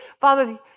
Father